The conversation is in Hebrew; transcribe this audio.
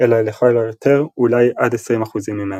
אלא לכל היותר אולי עד 20% ממנו,